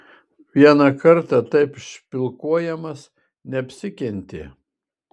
vieną kartą taip špilkuojamas neapsikentė